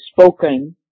spoken